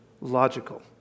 logical